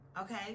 Okay